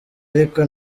ariko